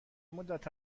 مدت